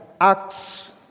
acts